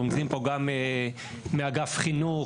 אנחנו נמצאים פה גם מאגף חינוך,